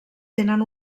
tenen